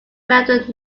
mount